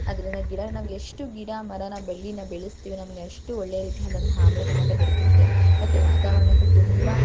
ಆದ್ದರಿಂದ ಗಿಡನ ನಾವು ಎಷ್ಟು ಗಿಡ ಮರನ ಬಳ್ಳಿನ ಬೆಳೆಸ್ತೀವಿ ನಮಗಷ್ಟು ಒಳ್ಳೆಯ ರೀತಿಯಾದಂಥ ಆಮ್ಲಜನಕ ದೊರಕುತ್ತೆ ಮತ್ತು ವಾತಾವರಣಕ್ಕೂ ತುಂಬ